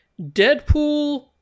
Deadpool